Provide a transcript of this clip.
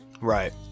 Right